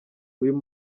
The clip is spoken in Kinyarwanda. uyu